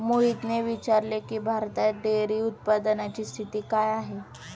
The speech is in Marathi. मोहितने विचारले की, भारतात डेअरी उत्पादनाची स्थिती काय आहे?